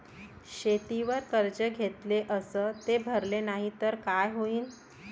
शेतीवर कर्ज घेतले अस ते भरले नाही तर काय होईन?